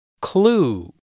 Clue